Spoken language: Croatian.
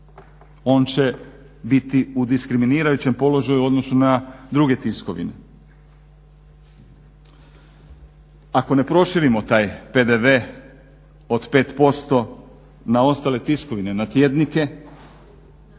On će biti u diskriminirajućem položaju u odnosu na druge tiskovine. Ako ne proširimo taj PDV od 5% na ostale tiskovine, na tjednike